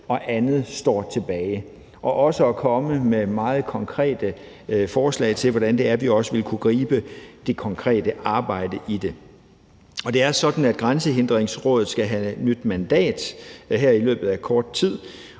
og andet står tilbage, og også for at komme med meget konkrete forslag til, hvordan det er, vi også ville kunne gribe det konkrete arbejde i det. Det er sådan, at Grænsehindringsrådet skal have nyt mandat her i løbet af kort tid,